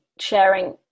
sharing